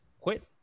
quit